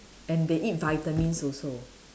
and they eat vitamins also